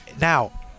now